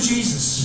Jesus